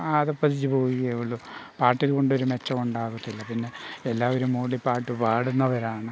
അധഃപതിച്ച് പോവുകയേ ഉള്ളു പാട്ട് കൊണ്ടൊരു മെച്ചവും ഉണ്ടാകത്തില്ല പിന്നെ എല്ലാവരും മൂളിപ്പാട്ട് പാടുന്നവരാണ്